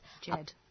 Jed